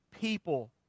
people